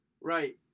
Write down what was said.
Right